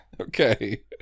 Okay